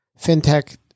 fintech